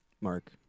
Mark